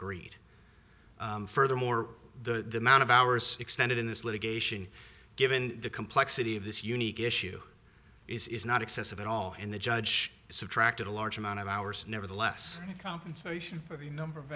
grade furthermore the amount of hours extended in this litigation given the complexity of this unique issue is not excessive at all and the judge subtracted a large amount of hours nevertheless compensation for the number of